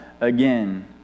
again